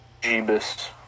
Jeebus